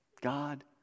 God